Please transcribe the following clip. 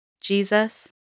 Jesus